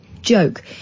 joke